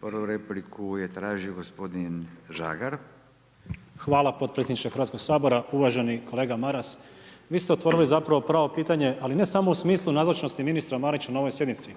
Prvu repliku je tražio gospodin Žagar. **Žagar, Tomislav (Nezavisni)** Hvala potpredsjedniče Hrvatskog sabora. Uvaženi kolega Maras vi ste otvorili zapravo pravo pitanje, ali ne samo u smislu nazočnosti ministra Marića na ovoj sjednici,